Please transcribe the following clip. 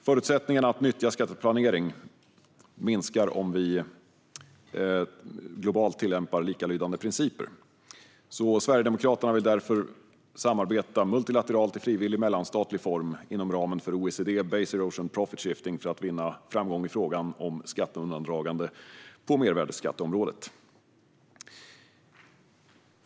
Förutsättningarna att nyttja skatteplanering minskar om vi globalt tillämpar likalydande principer. Sverigedemokraterna vill därför samarbeta multilateralt i frivillig, mellanstatlig form inom ramen för OECD Base Erosion Profit Shifting för att vinna framgång i frågan om skatteundandragande på mervärdesskatteområdet.